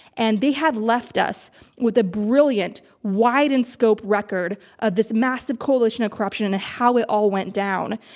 and they have left us with a brilliant, wide-in-scope record of this massive coalition of corruption and how it all went down.